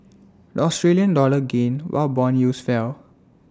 the Australian dollar gained while Bond yields fell